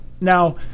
now